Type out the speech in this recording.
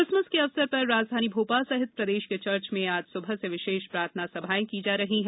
Christmas के अवसर पर राजधानी भोपाल सहित प्रदेश के चर्च में आज सुबह से विशेष प्रार्थना सभाएं की जा रही हैं